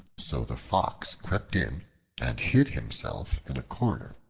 so the fox crept in and hid himself in a corner.